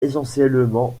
essentiellement